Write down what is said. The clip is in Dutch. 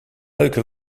leuke